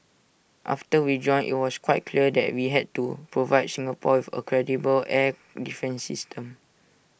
after we joined IT was quite clear that we had to provide Singapore with A credible air defence system